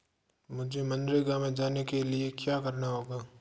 मुझे मनरेगा में जाने के लिए क्या करना होगा?